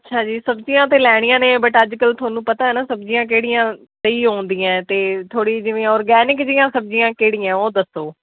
ਅੱਛਾ ਜੀ ਸਬਜ਼ੀਆਂ ਤਾਂ ਲੈਣੀਆਂ ਨੇ ਬਟ ਅੱਜ ਕੱਲ੍ਹ ਤੁਹਾਨੂੰ ਪਤਾ ਹੈ ਨਾ ਸਬਜ਼ੀਆਂ ਕਿਹੜੀਆਂ ਸਹੀ ਆਉਂਦੀਆਂ ਅਤੇ ਥੋੜ੍ਹੀ ਜਿਵੇਂ ਔਰਗੈਨਿਕ ਜਿਹੀਆਂ ਸਬਜ਼ੀਆਂ ਕਿਹੜੀਆਂ ਉਹ ਦੱਸੋ